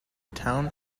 town